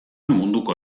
munduko